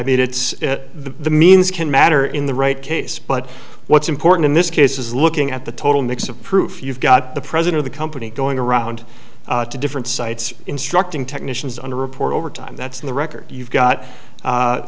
mean it's the means can matter in the right case but what's important in this case is looking at the total mix of proof you've got the president the company going around to different sites instructing technicians on a report over time that's in the record you've got